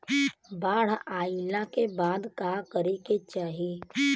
बाढ़ आइला के बाद का करे के चाही?